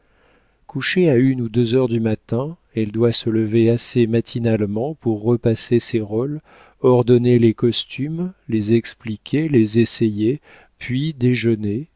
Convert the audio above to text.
donner couchée à une ou deux heures du matin elle doit se lever assez matinalement pour repasser ses rôles ordonner les costumes les expliquer les essayer puis déjeuner